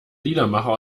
liedermacher